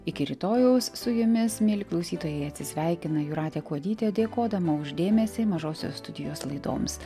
iki rytojaus su jumis mieli klausytojai atsisveikina jūratė kuodytė dėkodama už dėmesį mažosios studijos laidoms